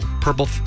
Purple